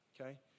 okay